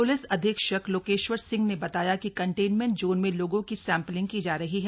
police अधीक्षक लोकेश्वर सिंह ने बताया कि कंटेनमेंट जोन में लोगो की सैम्पलिंग की जा रही है